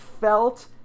felt